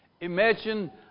Imagine